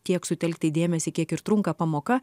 tiek sutelkti dėmesį kiek ir trunka pamoka